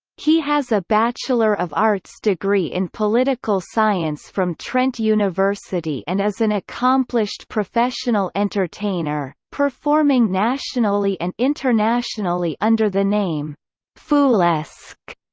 he has a bachelor of arts degree in political science from trent university and is an accomplished professional entertainer, performing nationally and internationally under the name foolesque.